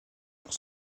pour